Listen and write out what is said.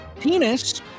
penis